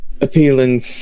appealing